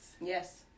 yes